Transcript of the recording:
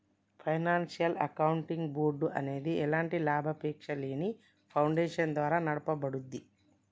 financial accounting board అనేది ఎలాంటి లాభాపేక్షలేని ఫౌండేషన్ ద్వారా నడపబడుద్ది